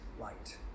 light